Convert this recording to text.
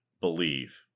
believe